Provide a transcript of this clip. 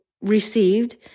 received